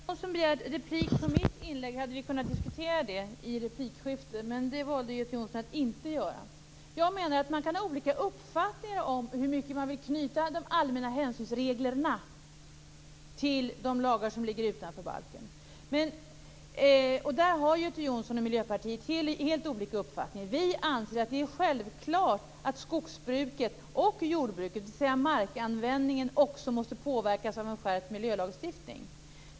Fru talman! Om Göte Jonsson hade begärt replik på mitt inlägg hade vi kunnat diskutera det i replikskiftet, men Göte Jonsson valde att inte göra det. Man kan ha olika uppfattningar om hur mycket man vill knyta de allmänna hänsynsreglerna till de lagar som ligger utanför balken. Där har Göte Jonsson och Miljöpartiet helt olika uppfattningar. Vi anser att det är självklart att skogsbruket och jordbruket, dvs. markanvändningen, också måste påverkas av en skärpt miljölagstiftning.